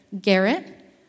Garrett